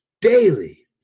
Daily